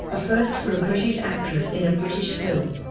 a first for a british actress in a british film,